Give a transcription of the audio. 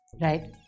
right